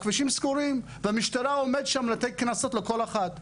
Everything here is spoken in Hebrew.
הכבישים סגורים והמשטרה עומדת שם לתת קנסות לכל אחד.